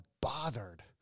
bothered